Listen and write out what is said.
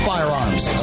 Firearms